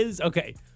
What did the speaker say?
Okay